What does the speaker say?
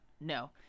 no